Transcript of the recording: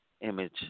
image